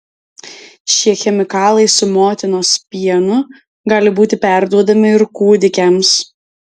šie chemikalai su motinos pienu gali būti perduodami ir kūdikiams